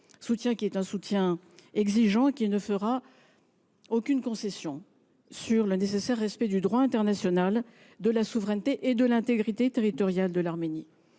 s’agit d’un soutien exigeant, qui ne fera aucune concession sur le nécessaire respect du droit international, de la souveraineté et de l’intégrité territoriale de l’Arménie.